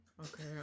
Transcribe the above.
Okay